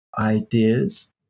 ideas